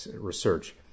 research